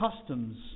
customs